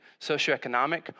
socioeconomic